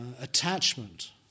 attachment